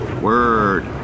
word